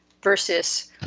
versus